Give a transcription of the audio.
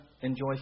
enjoy